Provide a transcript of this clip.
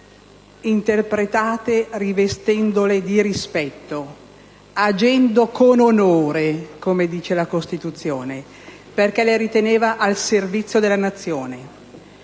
interpretate rivestendole di rispetto, agendo con onore, come dice la Costituzione, perché le riteneva al servizio della Nazione.